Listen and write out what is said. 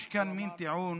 יש כאן מין טיעון